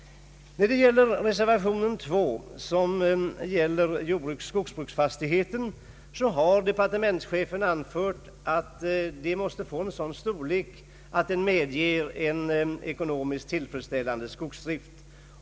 Vad beträffar reservation II som gäller jordbruksfastigheter har departementschefen anfört att de måste få en sådan storlek att de medger en ekonomiskt tillfredsställande skogsdrift.